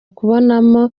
kubonamo